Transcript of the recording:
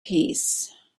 peace